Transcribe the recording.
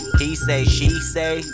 he-say-she-say